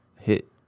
Hit